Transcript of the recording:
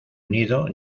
unido